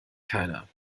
keiner